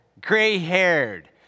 gray-haired